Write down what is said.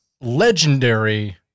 legendary